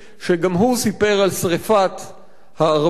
שגם הוא סיפר על שרפת הארמנים,